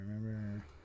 remember